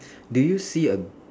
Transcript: do you see a